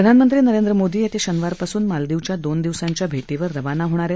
प्रधानमंत्री नरेंद्र मोदी येत्या शनिवारपासून मालदीवच्या दोन दिवसांच्या भेटीवर रवाना होणार आहेत